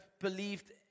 believed